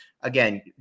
Again